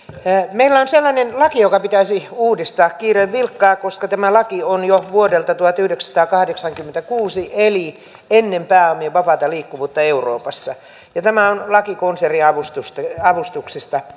meillä on sellainen laki joka pitäisi uudistaa kiireen vilkkaa koska tämä laki on jo vuodelta tuhatyhdeksänsataakahdeksankymmentäkuusi eli ennen pääomien vapaata liikkuvuutta euroopassa ja tämä on laki konserniavustuksesta